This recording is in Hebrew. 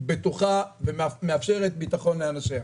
בטוחה ומאפשרת ביטחון לאנשיה.